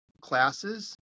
classes